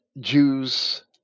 Jews